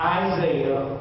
isaiah